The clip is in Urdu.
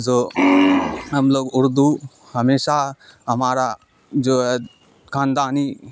جو ہم لوگ اردو ہمیشہ ہمارا جو ہے خاندانی